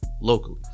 locally